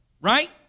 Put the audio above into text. right